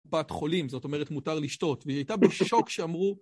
קופת חולים, זאת אומרת, מותר לשתות, והיא הייתה בשוק כשאמרו...